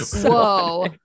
whoa